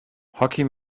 hockey